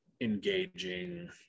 engaging